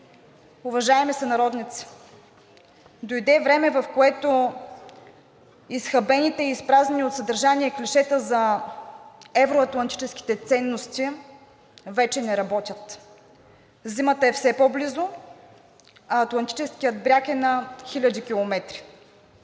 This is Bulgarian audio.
Уважаеми сънародници, дойде време, в което изхабените и изпразнени от съдържание клишета за евро-атлантическите ценности вече не работят. Зимата е все по-близо, а атлантическият бряг е на хиляди километри.